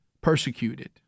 persecuted